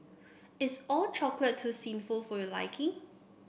is All Chocolate too sinful for your liking